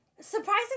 Surprisingly